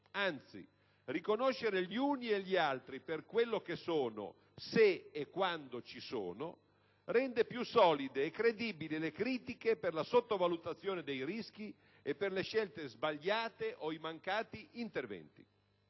Anzi, riconoscere gli uni e gli altri per quello che sono, se e quando ci sono, rende più solide e credibili le critiche per la sottovalutazione dei rischi, per le scelte sbagliate o per i mancati interventi.